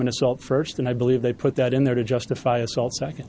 assault first and i believe they put that in there to justify assault second